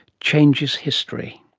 changes history.